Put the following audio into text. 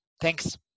Thanks